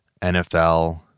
NFL